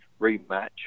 rematch